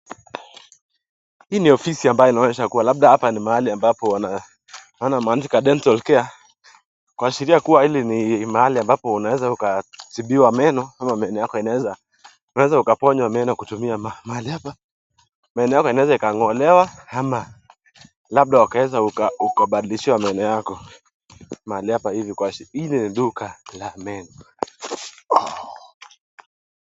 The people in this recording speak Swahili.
Hii ni ofisi ambayo inaonyesha kuwa labda hapa ni mahali ambapo wana wana maana dental care. Kuashiria kuwa hili ni mahali ambapo unaweza ukasibiwa meno ama meno yako inaweza unaweza ukaponywa meno kutumia mahali hapa. Meno yako inaweza ikang'olewa ama labda ukaweza ukabadilishiwa meno yako. Mahali hapa hivi kwa Hii ni duka la meno.